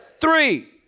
three